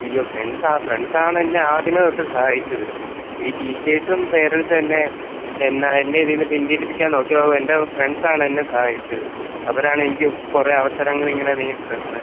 ഉയ്യോ ഫ്രണ്ട്സാണ് ഫ്രണ്ട്സാണ് എന്നെ ആദ്യമേ തൊട്ട് സഹായിച്ചത് ഈ ടീച്ചേഴ്സും പേരെൻസ്സും എന്നെ എന്നെ എന്നെ ഇതിൽ നിന്ന് പിന്തിരിപ്പിക്കാൻ നോക്കിയപ്പോൾ എന്റെ ഫ്രണ്ട്സാണ് എന്നെ സഹായിച്ചത് അവരാണ് എനിക്ക് കുറേ അവസരങ്ങൾ ഇങ്ങനെ നേടി തന്നത്